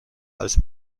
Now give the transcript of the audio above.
als